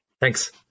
Thanks